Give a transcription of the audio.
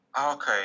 Okay